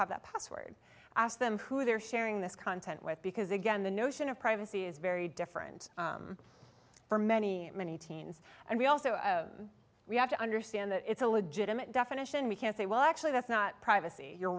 have that password ask them who they're sharing this content with because again the notion of privacy is very different for many many teens and we also we have to understand that it's a legitimate definition we can say well actually that's not privacy you're